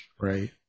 Right